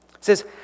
says